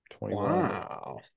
Wow